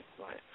right